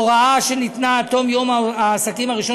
הוראה שניתנה עד תום יום העסקים הראשון